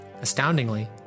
Astoundingly